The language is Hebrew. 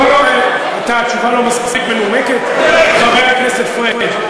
לא, התשובה לא מספיק מנומקת, חבר הכנסת פריג'?